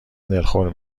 دلخور